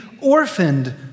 orphaned